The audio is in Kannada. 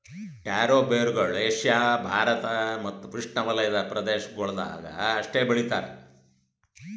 ಟ್ಯಾರೋ ಬೇರುಗೊಳ್ ಏಷ್ಯಾ ಭಾರತ್ ಮತ್ತ್ ಉಷ್ಣೆವಲಯದ ಪ್ರದೇಶಗೊಳ್ದಾಗ್ ಅಷ್ಟೆ ಬೆಳಿತಾರ್